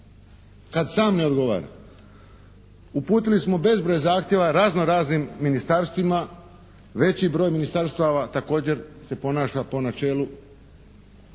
kad sam ne odgovara? Uputili smo bezbroj zahtjeva razno raznim ministarstvima, veći broj ministarstava također se ponaša po načelu šutnja